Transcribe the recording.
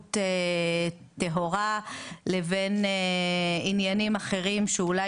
נבצרות טהורה לבין עניינים אחרים שאולי